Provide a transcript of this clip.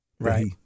Right